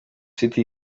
city